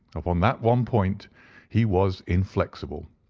upon that one point he was inflexible.